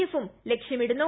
എഫൂം ലക്ഷ്യമിടുന്നു